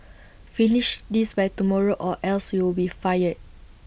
finish this by tomorrow or else you'll be fired